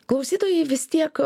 klausytojai vis tiek